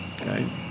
Okay